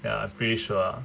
ya I'm pretty sure ah